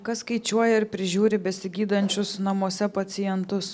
kas skaičiuoja ir prižiūri besigydančius namuose pacientus